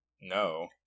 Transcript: no